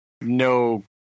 no